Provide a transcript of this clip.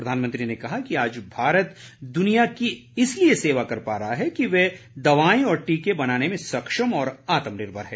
प्रधानमंत्री ने कहा कि आज भारत दुनिया की इसलिए सेवा कर पा रहा है कि वह दवायें और टीके बनाने में सक्षम और आत्म निर्भर है